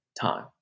time